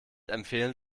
empfehlen